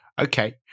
Okay